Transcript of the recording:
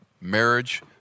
marriage